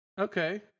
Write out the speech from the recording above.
Okay